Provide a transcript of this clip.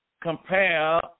compare